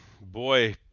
boy